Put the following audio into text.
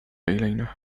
إلينا